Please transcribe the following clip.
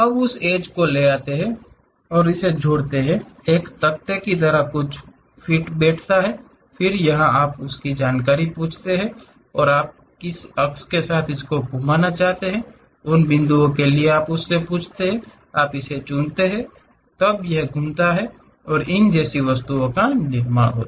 उस एड्ज को ले जाता है कोने इसे जोड़ता है एक तख़्ते की तरह कुछ फिट बैठता है फिर यह आपसे जानकारी पूछता है कि आप किस अक्ष के साथ मे इसे घुमाना चाहते हैं उन बिंदुओं के लिए आपसे पूछें आप इसे चुनते हैं तब यह घूमता है और इन वस्तुओं का निर्माण करता है